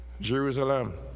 Jerusalem